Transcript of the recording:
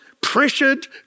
pressured